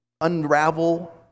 unravel